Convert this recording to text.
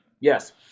Yes